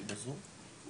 יעל בבקשה.